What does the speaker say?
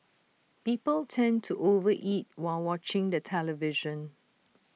people tend to over eat while watching the television